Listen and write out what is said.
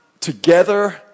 together